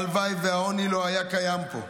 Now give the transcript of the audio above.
הלוואי שהעוני לא היה קיים פה.